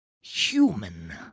human